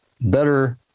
better